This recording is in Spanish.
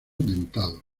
dentados